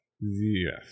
Yes